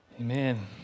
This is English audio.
Amen